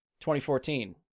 2014